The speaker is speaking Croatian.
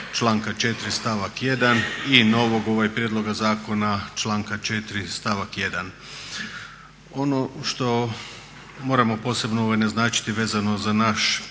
članka 4. stavak 1. i novog prijedloga zakona članka 4. stavak 1. Ono što moramo posebno naznačiti vezano za naš